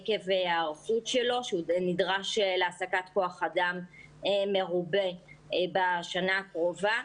עקב ההיערכות שלו הוא נדרש להעסקת כוח אדם מרובה בשנה הקרובה.